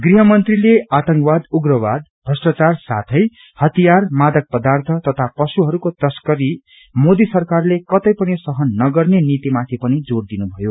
गृहमंत्रीले आतंकवाद उग्रवादा भ्रष्टाचार साथे हतियार मादक पर्दाथ तथा मवेशहरूको तश्करी मोदी सरकारले कतै पनि सहन नगन्ने नीति माथि पनि जोड़ दिनुभयो